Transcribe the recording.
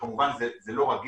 שכמובן זה לא רק גיל,